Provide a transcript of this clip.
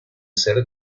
ser